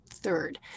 third